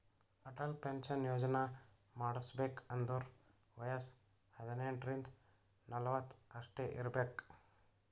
Atal pension Yojana ಮಾಡುಸ್ಬೇಕ್ ಅಂದುರ್ ವಯಸ್ಸ ಹದಿನೆಂಟ ರಿಂದ ನಲ್ವತ್ ಅಷ್ಟೇ ಇರ್ಬೇಕ್